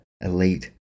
elite